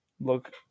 look